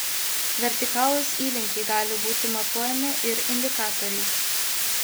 vertikalūs įlinkiai gali būti matuojami ir indikatoriais